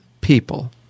people